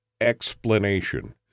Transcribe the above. explanation